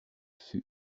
fut